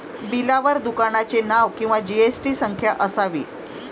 बिलावर दुकानाचे नाव किंवा जी.एस.टी संख्या असावी